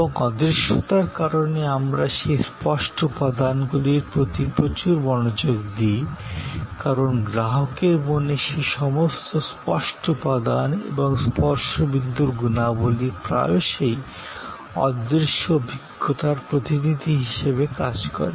এবং অদৃশ্যতার কারণে আমরা সেই স্পষ্ট উপাদানগুলির প্রতি প্রচুর মনোযোগ দিই কারণ গ্রাহকের মনে সেই সমস্ত স্পষ্ট উপাদান এবং স্পর্শ বিন্দুর গুণাবলী প্রায়শই অদৃশ্য অভিজ্ঞতার প্রতিনিধি হিসাবে কাজ করে